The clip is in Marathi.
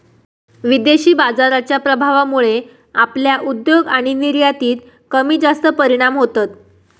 विदेशी बाजाराच्या प्रभावामुळे आपल्या उद्योग आणि निर्यातीत कमीजास्त परिणाम होतत